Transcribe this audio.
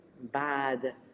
bad